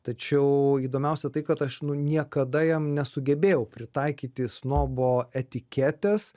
tačiau įdomiausia tai kad aš nu niekada jam nesugebėjau pritaikyti snobo etiketės